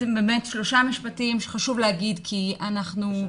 שלושה משפטים שחשוב להגיד אותם.